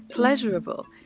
pleasurable,